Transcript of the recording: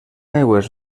aigües